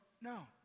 No